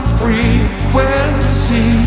frequency